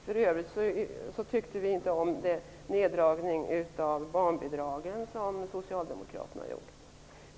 För övrigt tyckte vi inte om den neddragning av barnbidragen som Socialdemokraterna genomförde.